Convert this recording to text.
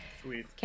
Sweet